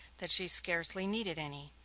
that she scarcely needed any.